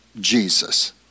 Jesus